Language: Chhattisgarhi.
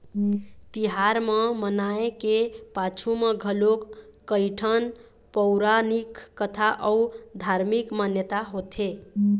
तिहार ल मनाए के पाछू म घलोक कइठन पउरानिक कथा अउ धारमिक मान्यता होथे